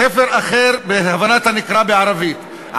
ספר אחר בהבנת הנקרא בערבית,